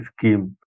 scheme